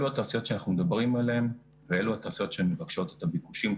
אלה התעשיות שאנחנו מדברים עליהן ואלה התעשיות שמבקשות את הביקושים,